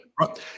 Right